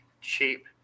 cheap